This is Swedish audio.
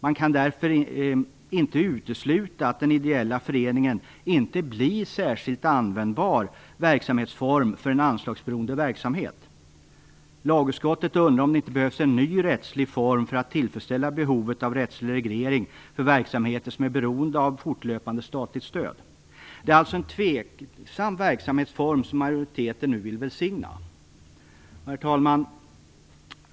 Man kan därför inte utesluta att den ideella föreningen inte blir en särskilt användbar verksamhetsform för en anslagsberoende verksamhet. Lagutskottet undrar om det inte behövs en ny rättslig form för att tillfredsställa behovet av rättslig reglering för verksamheter som är beroende av fortlöpande statligt stöd. Det är alltså en tvivelaktig verksamhetsform som majoriteten nu vill välsigna. Herr talman!